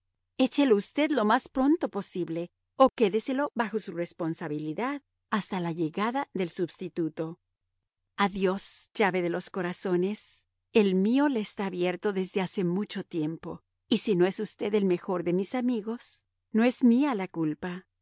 echelo usted lo más pronto posible o quédeselo bajo su responsabilidad hasta la llegada del substituto adiós llave de los corazones el mío le está abierto desde hace mucho tiempo y si no es usted el mejor de mis amigos no es mía la culpa